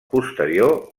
posterior